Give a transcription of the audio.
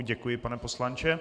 Děkuji, pane poslanče.